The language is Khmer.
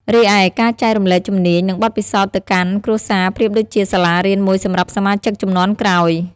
រីឯ ការចែករំលែកជំនាញ និងបទពិសោធន៍ទៅកាន់ គ្រួសារប្រៀបដូចជាសាលារៀនមួយសម្រាប់សមាជិកជំនាន់ក្រោយ។